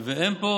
אין פה